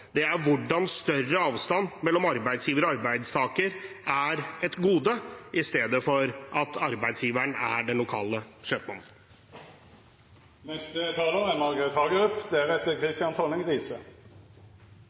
Det er hvordan større avstand mellom arbeidsgiver og arbeidstaker er et gode, i stedet for at arbeidsgiveren er den lokale kjøpmannen.